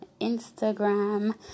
Instagram